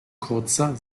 kurzer